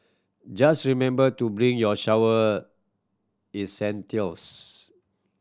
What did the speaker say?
just remember to bring your shower essentials